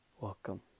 welcome